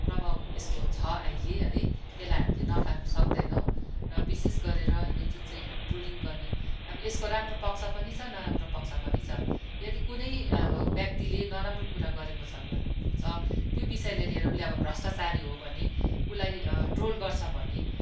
प्रभाव यसको छ अहिले है यसलाई हामीले नकार्न सक्दैनौँ र विशेष गरेर यो जुन चाहिँ ट्रोलिङ गर्ने अब यसको राम्रो पक्ष पनि छ नराम्रो पक्ष पनि छ यदि कुनै व्यक्तिले नराम्रो कुरा गरेको छ छ त्यो विषयलाई लिएर उसले अब भ्रष्टाचारी हो भने उसलाई ट्रोल गर्छ भने